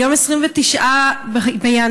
היום 29 בינואר,